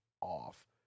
off